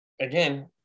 again